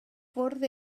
fwrdd